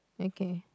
okay